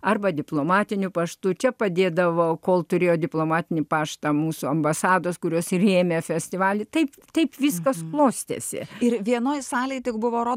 arba diplomatiniu paštu čia padėdavo kol turėjo diplomatinį paštą mūsų ambasados kurios rėmė festivalį taip kaip viskas klostėsi ir vienoje salėje tik buvo